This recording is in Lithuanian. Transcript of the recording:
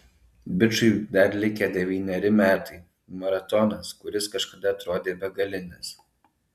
bičui dar likę devyneri metai maratonas kuris kažkada atrodė begalinis